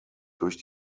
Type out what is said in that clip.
durch